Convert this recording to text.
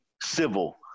civil